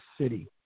city